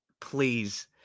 Please